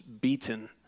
beaten